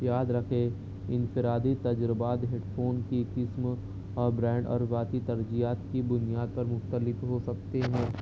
یاد رکھیں انفرادی تجربات ہیڈ فون کی قسم اور برانڈ اور باقی ترجیحات کی بنیاد پر مختلف ہو سکتے ہیں